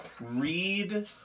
read